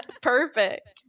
perfect